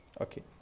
Okay